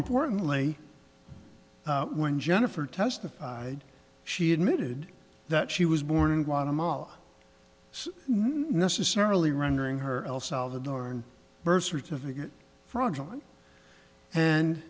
importantly when jennifer testified she admitted that she was born in guatemala necessarily rendering her el salvador and birth certificate fraudulent